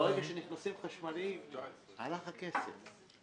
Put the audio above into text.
ברגע שנכנסים חשמליים, הלך הכסף.